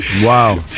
Wow